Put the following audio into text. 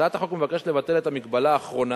הצעת החוק מבקשת לבטל את המגבלה האחרונה,